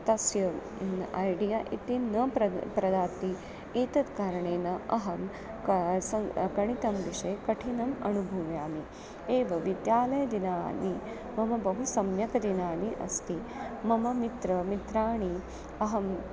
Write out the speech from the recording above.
तस्य ऐडिया इति न प्रद् प्रदाति एतत् कारणेन अहं सं गणितं विषये कठिनम् अनुभूयामि एव विद्यालयदिनानि मम बहु सम्यक् दिनानि अस्ति मम मित्र मित्राणि अहं